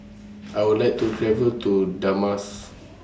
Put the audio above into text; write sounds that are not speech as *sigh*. I Would like to travel to *unintelligible*